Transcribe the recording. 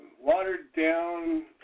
watered-down